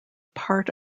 part